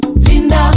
Linda